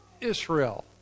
Israel